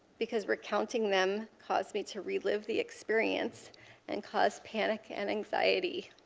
because recounting them caused me to relive the experience and cause panic and anxiety.